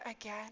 again